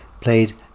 played